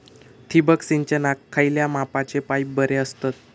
ठिबक सिंचनाक खयल्या मापाचे पाईप बरे असतत?